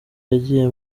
yagiye